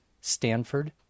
Stanford